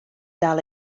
dal